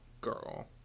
girl